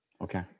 Okay